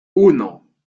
uno